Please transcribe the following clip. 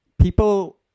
people